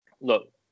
look